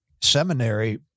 seminary